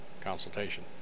consultation